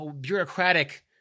bureaucratic